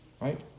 right